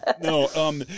No